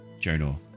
Jonor